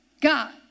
God